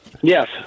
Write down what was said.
Yes